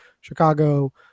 Chicago